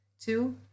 Two